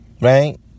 Right